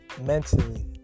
mentally